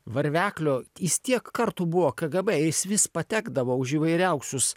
varveklio jis tiek kartų buvo kgb jis vis patekdavo už įvairiausius